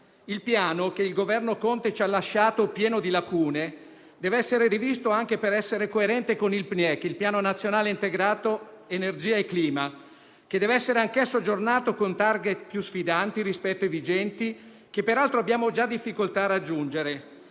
Il Piano, che il Governo Conte ci ha lasciato pieno di lacune, deve essere rivisto anche per essere coerente con il Piano nazionale integrato energia e clima (PNIEC), che deve essere anch'esso aggiornato con *target* più sfidanti rispetto ai vigenti, che, peraltro, abbiamo già difficoltà a raggiungere.